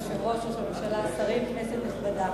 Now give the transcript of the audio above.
כבוד היושב-ראש, ראש הממשלה, שרים, כנסת נכבדה,